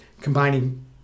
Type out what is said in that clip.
combining